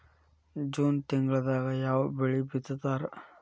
June ತಿಂಗಳದಾಗ ಯಾವ ಬೆಳಿ ಬಿತ್ತತಾರ?